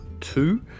two